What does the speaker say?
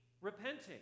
repenting